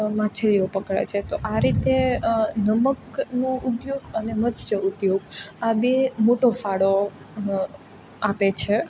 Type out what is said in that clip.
માછલીઓ પકડે છે તો આ રીતે નમકનો ઉદ્યોગ અને મત્સ્ય ઉદ્યોગ આ બે મોટો ફાળો આપે છે